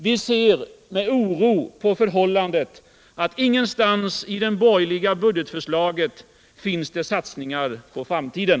Vi ser med oro på det förhållandet, att det ingenstans i det borgerliga budgetförslaget görs några satsningar på framtiden.